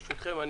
ברשותכם,